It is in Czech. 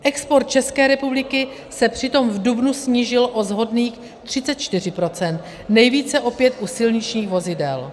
Export České republiky se přitom v dubnu snížil o shodných 34 %, nejvíce opět u silničních vozidel.